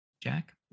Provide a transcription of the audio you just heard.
Jack